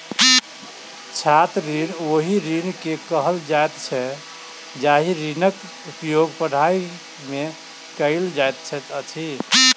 छात्र ऋण ओहि ऋण के कहल जाइत छै जाहि ऋणक उपयोग पढ़ाइ मे कयल जाइत अछि